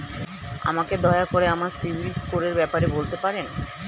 আমাকে দয়া করে আমার সিবিল স্কোরের ব্যাপারে বলতে পারবেন?